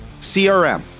CRM